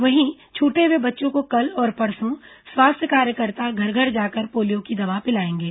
वहीं छूटे हुए बच्चों को कल और परसों स्वास्थ्य कार्यकर्ता घर घर जाकर पोलियो की दवा पिलाएंगे